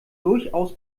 durchaus